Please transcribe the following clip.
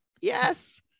Yes